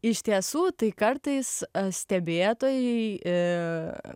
iš tiesų tai kartais stebėtojai iii